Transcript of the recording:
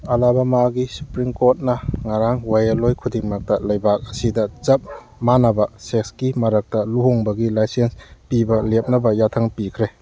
ꯑꯂꯥꯕꯃꯥꯒꯤ supreme ꯀꯣꯔꯠꯅ ꯉꯔꯥꯡ ꯋꯥꯌꯦꯜꯂꯣꯏ ꯈꯨꯗꯤꯡꯃꯛꯇ ꯂꯩꯕꯥꯛ ꯑꯁꯤꯗ ꯆꯞ ꯃꯥꯟꯅꯕ ꯁꯦꯛꯁꯀꯤ ꯃꯔꯛꯇ ꯂꯨꯍꯣꯡꯕꯒꯤ ꯂꯥꯏꯁꯦꯟꯁ ꯄꯤꯕ ꯂꯦꯞꯅꯕ ꯌꯥꯊꯪ ꯄꯤꯈ꯭ꯔꯦ